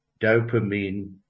dopamine